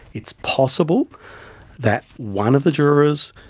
it's possible that one of the jurors,